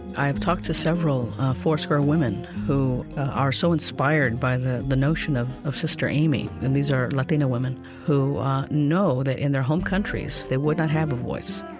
i've talked to several foursquare women who are so inspired by the the notion of of sister aimee. and these are latina women who know that in their home countries, they would not have a voice.